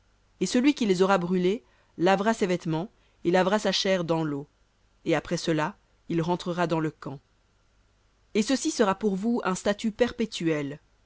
et celui qui les aura brûlées lavera ses vêtements et lavera sa chair dans l'eau et après cela il rentrera dans le camp et ceci sera pour vous un statut perpétuel